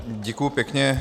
Děkuji pěkně.